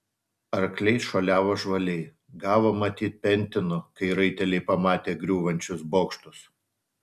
arkliai šuoliavo žvaliai gavo matyt pentinų kai raiteliai pamatė griūvančius bokštus